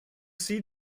sie